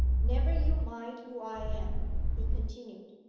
never you mind who i am he continued.